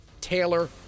Taylor